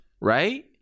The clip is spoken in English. Right